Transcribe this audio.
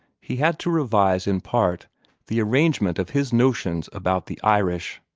he had to revise in part the arrangement of his notions about the irish.